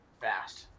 fast